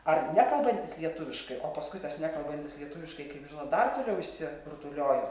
ar nekalbantis lietuviškai o paskui nekalbantis lietuviškai kaip žinot dar toliau išsirutuliojo